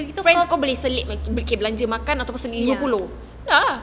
(uh huh)